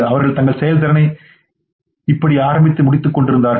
அவர்கள் தங்கள் செயல்திறனை இப்படி ஆரம்பித்து முடித்துக்கொண்டிருந்தார்கள்